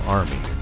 army